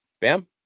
Bam